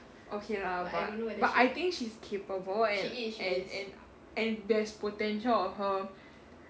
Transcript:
okay lah but but I think she's capable and and and and there's potential of her